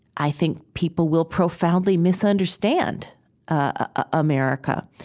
i think people will profoundly misunderstand america.